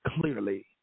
clearly